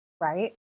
Right